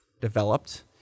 developed